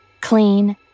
clean